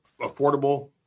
affordable